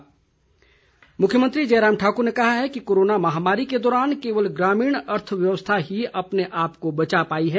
मुख्यमंत्री मुख्यमंत्री जयराम ठाकुर ने कहा है कि कोरोना महामारी के दौरान केवल ग्रामीण अर्थव्यवस्था ही अपने आप को बचा पाई है